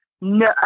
No